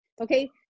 okay